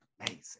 amazing